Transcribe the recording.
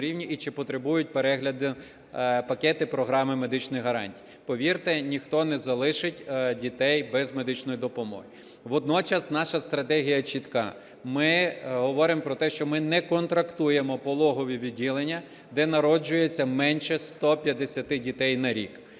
і чи потребують перегляду пакети програми медичних гарантій. Повірте, ніхто не залишить дітей без медичної допомоги. Водночас наша стратегія чітка, ми говоримо про те, що ми не контрактуємо пологові відділення, де народжується менше 150 дітей на рік,